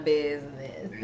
business